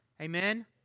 Amen